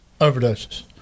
overdoses